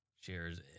shares